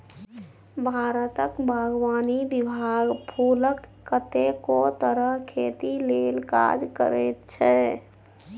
भारतक बागवानी विभाग फुलक कतेको तरहक खेती लेल काज करैत छै